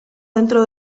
dentro